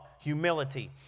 humility